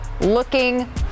looking